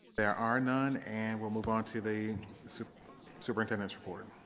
there are none and we'll move on to the superintendent's report.